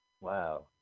Wow